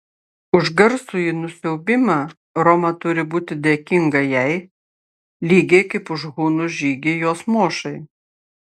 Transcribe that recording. už garsųjį nusiaubimą roma turi būti dėkinga jai lygiai kaip už hunų žygį jos mošai